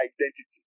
Identity